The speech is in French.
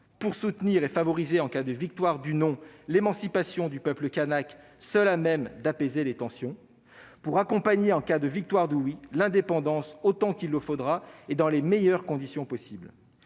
pourra soutenir et favoriser, en cas de victoire du non, l'émancipation du peuple kanak, seule à même d'apaiser les tensions, ou bien accompagner l'indépendance, en cas de victoire du oui, autant qu'il le faudra et dans les meilleures conditions possible.